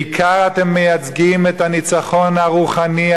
בעיקר אתם מייצגים את הניצחון הרוחני,